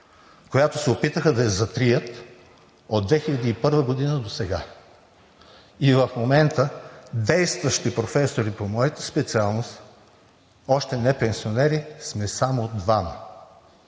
която се опитаха да я затрият от 2001 г. досега. В момента действащи професори по моята специалност, още не пенсионери, сме само двама.